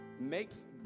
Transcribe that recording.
makes